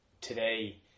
today